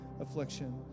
affliction